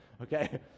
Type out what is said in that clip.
okay